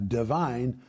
divine